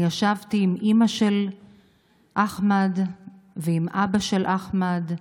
אני ישבתי עם אימא של אחמד ועם אבא של אחמד,